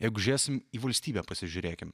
jeigu žiūrėsim į valstybę pasižiūrėkim